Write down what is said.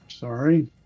Sorry